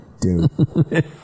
Dude